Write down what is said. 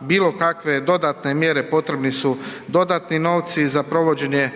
bilo kakve dodatne mjere potrebni su dodatni novci, za provođenje